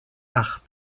art